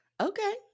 Okay